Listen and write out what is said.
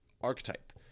archetype